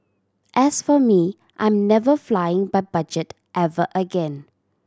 as for me I'm never flying by budget ever again